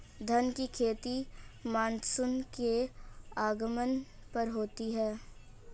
धान की खेती मानसून के आगमन पर होती है